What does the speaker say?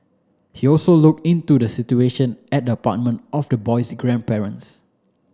he also look into the situation at the apartment of the boy's grandparents